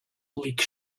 bleak